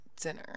dinner